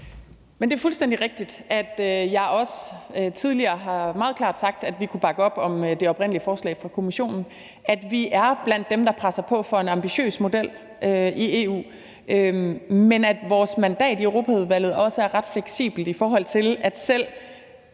Det er fuldstændig rigtigt, som jeg også tidligere har sagt meget klart, at vi kunne bakke op om det oprindelige forslag fra Kommissionen, og at vi er blandt dem, der presser på for en ambitiøs model i EU, men at vores mandat i Europaudvalget også er ret fleksibelt, altså at selv